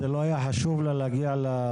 זה לא היה חשוב לה להגיע לוועדה?